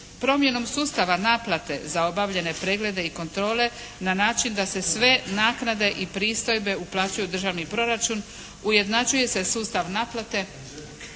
Promjenom sustava naplate za obavljene preglede i kontrole na način da se sve naknade i pristojbe uplaćuju u državni proračun ujednačuje se sustav naplate,